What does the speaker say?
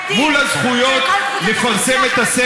הם לא אומרים.